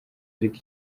ariko